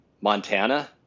Montana